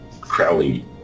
Crowley